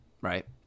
Right